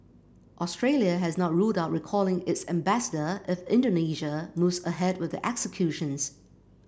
Australia has not ruled out recalling its ambassador if Indonesia moves ahead with the executions